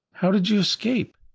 how did you escape?